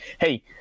hey